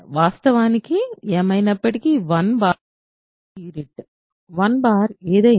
వాస్తవానికి ఏమైనప్పటికీ 1 యూనిట్